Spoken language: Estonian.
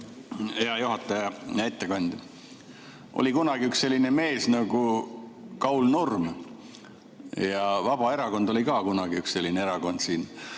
Hea juhataja! Hea ettekandja! Oli kunagi üks selline mees nagu Kaul Nurm. Ja Vabaerakond oli ka kunagi üks erakond siin.